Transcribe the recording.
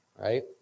Right